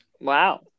wow